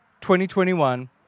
2021